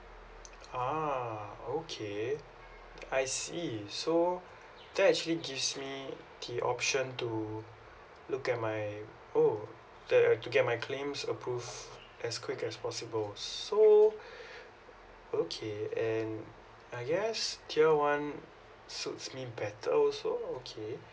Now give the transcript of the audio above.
a'ah okay I see so that actually gives me the option to look at my oh the uh to get my claims approved as quick as possible so okay and I guess tier one suits me better also okay